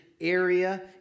area